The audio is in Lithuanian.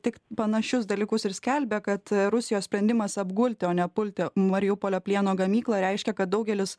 tik panašius dalykus ir skelbia kad rusijos sprendimas apgulti o ne pulti mariupolio plieno gamyklą reiškia kad daugelis